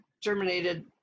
germinated